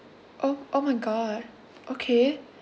oh oh my god okay